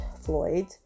Floyd